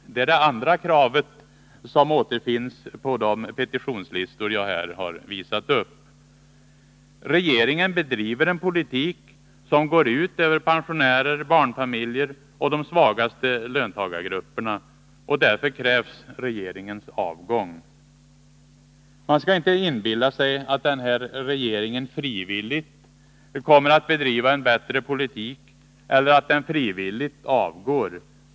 Det är det andra kravet som återfinns på de petitionslistor jag visat upp här. Regeringen bedriver en politik som går ut över pensionärer, barnfamiljer och de svagaste löntagargrupperna. Därför krävs regeringens avgång. Man skall inte inbilla sig att den här regeringen frivilligt kommer att bedriva en bättre politik eller att den frivilligt avgår.